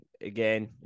again